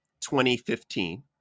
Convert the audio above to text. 2015